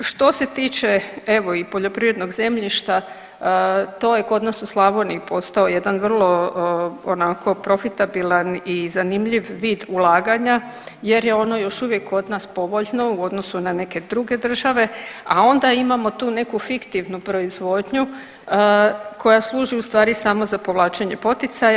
Što se tiče evo i poljoprivrednog zemljišta to je kod nas u Slavoniji postao jedan vrlo onako profitabilan i zanimljiv vid ulaganja, jer je ono još uvijek kod nas povoljno u odnosu na neke druge države, a onda imamo tu neku fiktivnu proizvodnju koja služi u stvari samo za povlačenje poticaja.